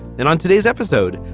and on today's episode,